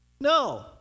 No